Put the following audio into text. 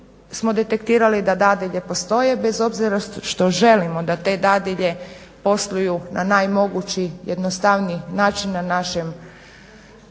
smo detektirali da dadilje postoje, bez obzira što želimo da te dadilje posluju na naj mogući, jednostavniji način na našim